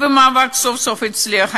והמאבק סוף-סוף הצליח.